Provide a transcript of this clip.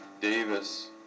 Davis